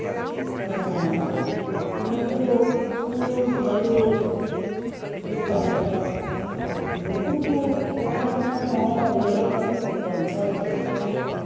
ᱱᱩᱠᱩ ᱠᱩᱞ ᱛᱟᱹᱨᱩᱵ ᱠᱚ ᱛᱟᱦᱮ ᱠᱟᱱᱟ ᱱᱩᱠᱩ ᱠᱚ ᱠᱚᱴᱷᱮᱱ ᱦᱚᱸ ᱞᱟᱹᱲᱦᱟᱹᱭ ᱠᱟᱛᱮᱫ ᱠᱚ ᱵᱟᱧᱪᱟᱣ ᱦᱮᱡ ᱠᱟᱱᱟ